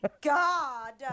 God